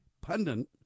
Pundit